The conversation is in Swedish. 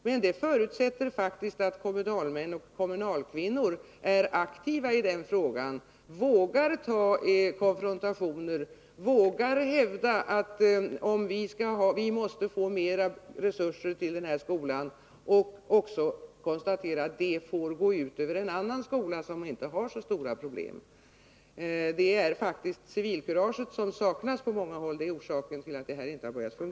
Men det förutsätter faktiskt att kommunalmän och kommunalkvinnor är aktiva i dessa frågor och vågar ta konfrontationer genom att hävda, att det krävs större resurser till någon viss skola och att det då får gå ut över en annan skola, som inte har så stora problem. Orsaken till att detta ännu inte börjat fungera är faktiskt att det fattas civilkurage till sådana framstötar på många håll.